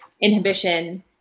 inhibition